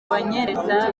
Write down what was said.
banyereza